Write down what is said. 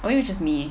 well were just me